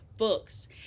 books